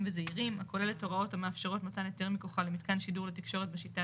וזעירים הכוללת הוראות המאפשרות מתן היתר מכוחה למיתקן שידור לתקשורת השיטה